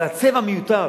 אבל הצבע מיותר,